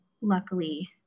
luckily